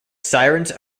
sirens